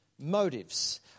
motives